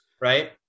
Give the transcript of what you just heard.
right